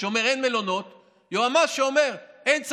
שאומר אין מלונות,